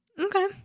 Okay